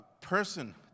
person